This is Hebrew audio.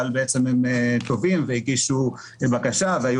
אבל הם בעצם תובעים והגישו בקשה והיו